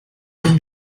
wenn